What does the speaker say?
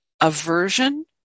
aversion